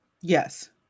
yes